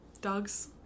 dogs